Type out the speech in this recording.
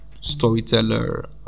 storyteller